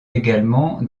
également